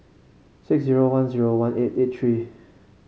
six zero one zero one eight eight three